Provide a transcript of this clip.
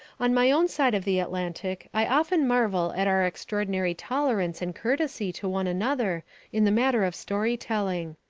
on my own side of the atlantic i often marvel at our extraordinary tolerance and courtesy to one another in the matter of story-telling.